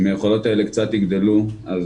אם היכולות האלה קצת יגדלו בהיבט של התיאום,